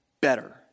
better